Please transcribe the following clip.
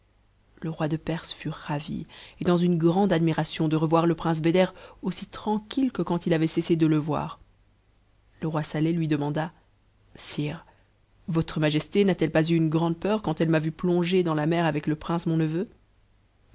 le roi de perse fut ravi et dans une grande admiration de revoir le prince beder aussi tranqmne que quand il avait cessé de le voir le roi saleh lui demanda sire votre majesté n'a-t-elle pas eu une grande peur quand elle m'a vu plonger dans la mer avec le prince mon neveu